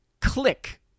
click